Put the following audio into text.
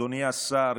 אדוני השר,